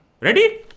Ready